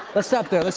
let's stop there. let's